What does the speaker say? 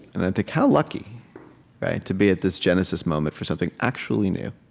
and i think, how lucky to be at this genesis moment for something actually new.